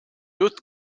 jutt